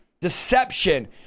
deception